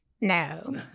No